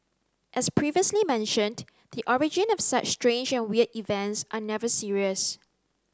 as previously mentioned the origin of such strange and weird events are never serious